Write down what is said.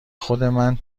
خودمن